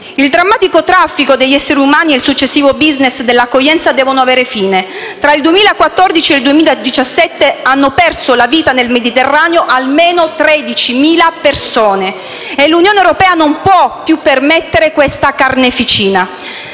Il drammatico traffico degli esseri umani e il successivo *business* dell'accoglienza devono avere fine. Tra il 2014 e 2017 hanno perso la vita nel Mediterraneo almeno 13.000 persone e l'Unione europea non può più permettere questa carneficina.